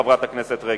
חברת הכנסת רגב.